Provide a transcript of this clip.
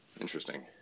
Interesting